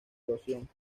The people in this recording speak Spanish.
erosión